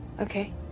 Okay